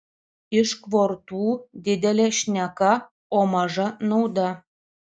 iš kvortų didelė šneka o maža nauda